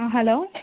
അ hello